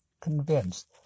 convinced